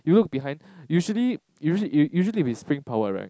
you look behind usually usually usually if it's spring powered right